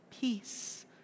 peace